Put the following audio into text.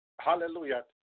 hallelujah